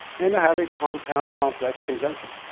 and i have a compound-complex conjunction.